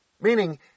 meaning